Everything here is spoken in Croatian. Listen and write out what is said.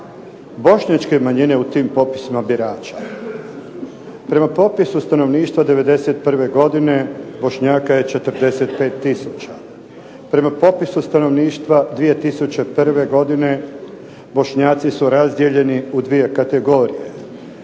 bošnjačke manjine u tim popisima birača. Prema popisu stanovništva 91. godine Bošnjaka je 45 tisuća, prema popisu stanovništva 2001. godine Bošnjaci su razdijeljeni u dvije kategorije.